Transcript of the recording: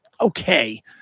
okay